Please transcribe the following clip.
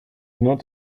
not